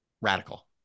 radical